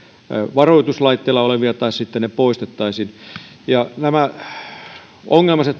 varoituslaitteilla olevia tai sitten ne poistettaisiin nämä ongelmalliset tasoristeykset